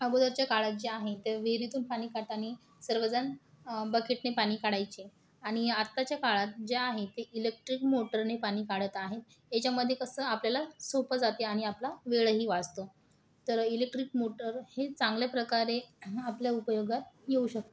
अगोदरच्या काळात जे आहे ते विहिरीतून पाणी काढताना सर्वजण बकेटने पाणी काढायचे आणि आत्ताच्या काळात जे आहे ते इलेक्ट्रिक मोटरने पाणी काढत आहे यांच्यामध्ये कसं आपल्याला सोपं जाते आणि आपला वेळही वाचतो तर इलेक्ट्रिक मोटर हे चांगल्या प्रकारे आपल्या उपयोगात येऊ शकते